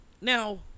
Now